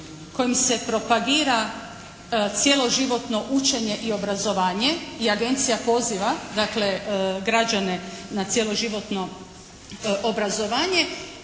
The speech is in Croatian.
kojim se propagira cjeloživotno učenje i obrazovanje. I agencija poziva dakle građane na cjeloživotno obrazovanje.